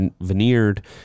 veneered